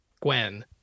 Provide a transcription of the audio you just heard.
Gwen